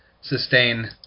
sustain